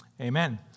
Amen